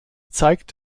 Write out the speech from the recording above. zeigt